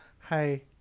Hi